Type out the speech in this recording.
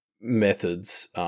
methods